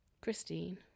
Christine